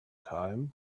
time